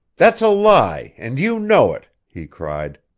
that's a lie, and you know it! he cried.